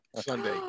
Sunday